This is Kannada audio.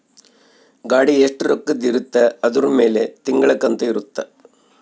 ಗಾಡಿ ಎಸ್ಟ ರೊಕ್ಕದ್ ಇರುತ್ತ ಅದುರ್ ಮೇಲೆ ತಿಂಗಳ ಕಂತು ಇರುತ್ತ